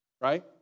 Right